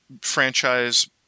franchise